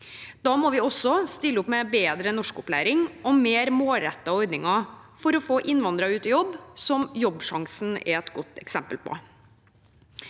Da må vi også stille opp med bedre norskopplæring og mer målrettede ordninger for å få innvandrere ut i jobb, som Jobbsjansen er et godt eksempel på.